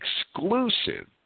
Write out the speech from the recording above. exclusive